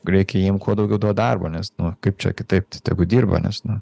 reikia jiem kuo daugiau duot darbo nes nu kaip čia kitaip tegu dirba nes nu